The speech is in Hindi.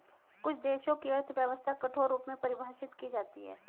कुछ देशों की अर्थव्यवस्था कठोर रूप में परिभाषित की जाती हैं